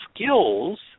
skills